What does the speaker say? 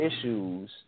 issues